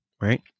right